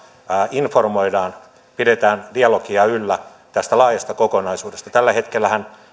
informoidaan pidetään dialogia yllä tästä laajasta kokonaisuudesta tällä hetkellähän